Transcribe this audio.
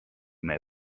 meie